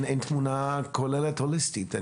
אין תמונה כוללת והוליסטית.